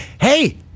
Hey